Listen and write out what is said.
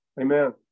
Amen